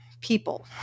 people